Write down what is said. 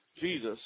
Jesus